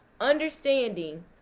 understanding